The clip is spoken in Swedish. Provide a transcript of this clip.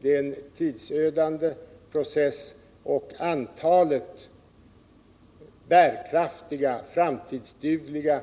Det är en tidsödande process, och antalet bärkraftiga framtidsdugliga